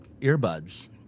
earbuds